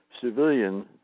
civilian